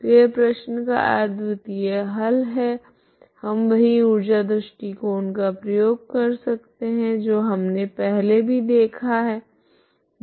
तो यह प्रश्न का अद्वितीय हल है हम वही ऊर्जा दृष्टिकोण का प्रयोग कर सकते है जो हमने पहले भी देखा है